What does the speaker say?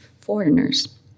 foreigners